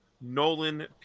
Nolan